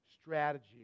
strategy